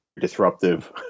disruptive